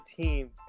team